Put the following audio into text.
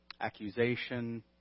accusation